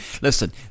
Listen